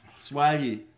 Swaggy